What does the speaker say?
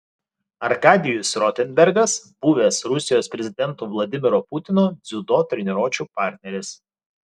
arkadijus rotenbergas buvęs rusijos prezidento vladimiro putino dziudo treniruočių partneris